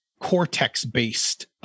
Cortex-based